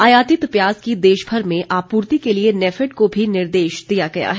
आयातित प्याज की देशभर में आपूर्ति के लिए नेफेड को भी निर्देश दिया गया है